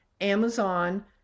Amazon